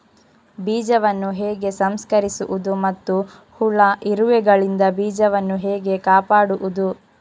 ಬೀಜವನ್ನು ಹೇಗೆ ಸಂಸ್ಕರಿಸುವುದು ಮತ್ತು ಹುಳ, ಇರುವೆಗಳಿಂದ ಬೀಜವನ್ನು ಹೇಗೆ ಕಾಪಾಡುವುದು?